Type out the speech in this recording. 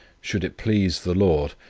should it please the lord,